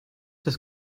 das